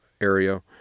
area